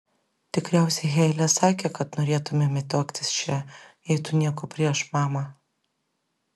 tikriausiai heile sakė kad norėtumėme tuoktis čia jei tu nieko prieš mama